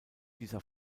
dieser